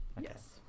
Yes